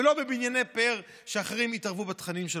ולא בבנייני פאר ואחרים יתערבו בתכנים שלו.